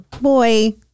Boy